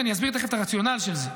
ואני אסביר תכף את הרציונל של זה,